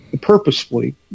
purposefully